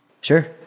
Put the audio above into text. sure